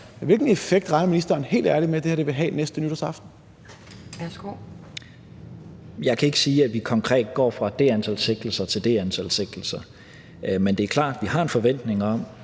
Kl. 11:34 (Justitsministeren) Mattias Tesfaye (fg.): Jeg kan ikke sige, at vi konkret går fra det antal sigtelser til det antal sigtelser. Men det er klart, at vi har en forventning om,